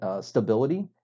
stability